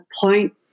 point